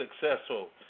successful